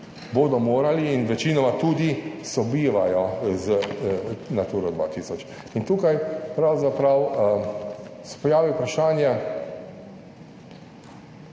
bodo morali in večinoma tudi sobivajo z Naturo 2000 in tukaj pravzaprav se pojavi vprašanje,